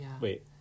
Wait